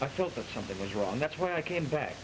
i felt that something was wrong that's why i came back